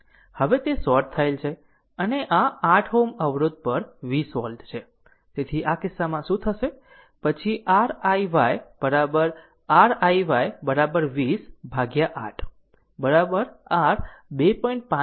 હવે તે શોર્ટ થયેલ છે અને આ 8 Ω અવરોધ પર 20 વોલ્ટ છે તેથી આ કિસ્સામાં શું થશે પછી r iy r iy 20 ભાગ્યા 8 r 2